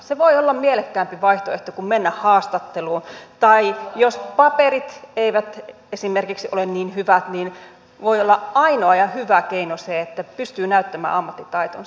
se voi olla mielekkäämpi vaihtoehto kuin mennä haastatteluun tai jos paperit eivät esimerkiksi ole niin hyvät niin voi olla ainoa ja hyvä keino että pystyy näyttämään ammattitaitonsa